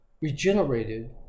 regenerated